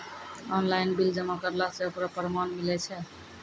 Online bill जमा करला से ओकरौ परमान मिलै छै?